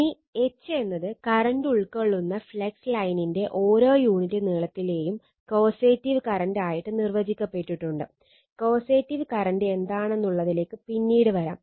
ഇനി H എന്നത് current ഉൾക്കൊള്ളുന്ന ഫ്ലക്സ് ലൈനിന്റെ ഓരോ യൂണിറ്റ് നീളത്തിലേയും കോസേറ്റിവ് കറന്റ് ആയിട്ട് നിർവചിക്കപ്പെട്ടിട്ടുണ്ട് കോസേറ്റിവ് കറന്റ് എന്താണെന്നുള്ളതിലേക്ക് പിന്നീട് വരാം